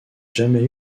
jamais